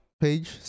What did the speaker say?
page